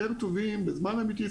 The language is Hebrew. יותר טובים בזמן אמיתי,